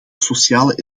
sociale